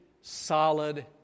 solid